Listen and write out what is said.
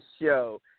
show